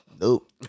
Nope